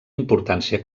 importància